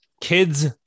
kids